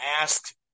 asked